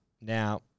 now